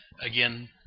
Again